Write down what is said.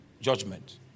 judgment